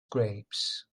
grapes